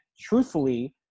truthfully